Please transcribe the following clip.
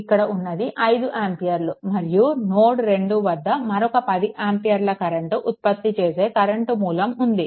ఇక్కడ ఉన్నది 5 ఆంపియర్లు మరియు నోడ్2 వద్ద మరొక 10 ఆంపియర్ల కరెంట్ ఉత్పత్తి చేసే కరెంట్ మూలం ఉంది